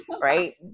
right